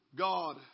God